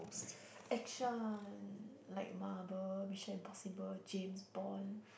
action like Marvel Mission Impossible James-Bond